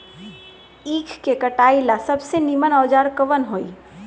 ईख के कटाई ला सबसे नीमन औजार कवन होई?